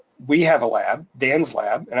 we have a lab, dan's lab. and